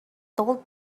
told